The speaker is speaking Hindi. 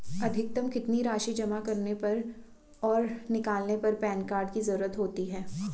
अधिकतम कितनी राशि जमा करने और निकालने पर पैन कार्ड की ज़रूरत होती है?